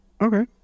Okay